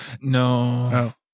No